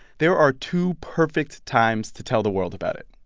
there are two perfect times to tell the world about it,